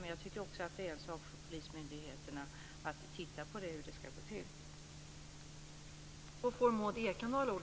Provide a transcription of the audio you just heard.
Men jag tycker att det är en sak för polismyndigheterna att titta på hur det ska gå till.